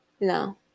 No